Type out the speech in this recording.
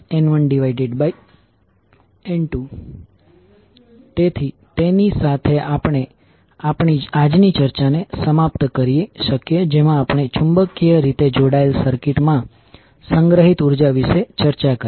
તેથી I2I1 N1N2 તેથી તેની સાથે આપણે આપણી આજની ચર્ચાને સમાપ્ત કરી શકીએ જેમાં આપણે ચુંબકીય રીતે જોડાયેલા સર્કિટ માં સંગ્રહિત ઉર્જા વિશે ચર્ચા કરી